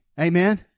Amen